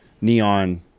neon